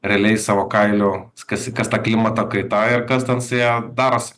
realiai savo kailiu kas ta klimato kaita ir kas ten su ja darosi